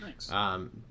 Thanks